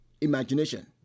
imagination